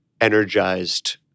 energized